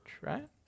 right